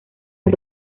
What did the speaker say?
del